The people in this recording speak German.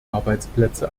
arbeitsplätze